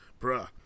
bruh